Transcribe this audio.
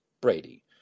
Brady